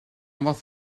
fath